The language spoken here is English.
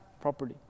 properly